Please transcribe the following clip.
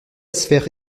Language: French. sphère